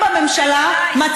השר אופיר אקוניס,